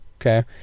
okay